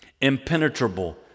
impenetrable